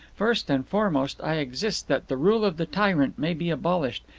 first and foremost i exist that the rule of the tyrant may be abolished,